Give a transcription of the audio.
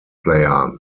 player